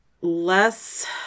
less